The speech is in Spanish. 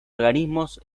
organismos